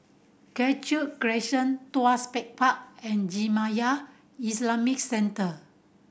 Cashew Crescent Tuas Pech Park and Jamiyah Islamic Centre